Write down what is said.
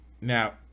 now